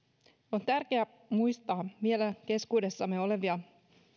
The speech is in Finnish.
on tärkeää muistaa vielä keskuudessamme olevia